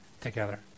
together